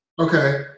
Okay